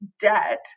debt